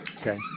Okay